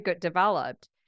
developed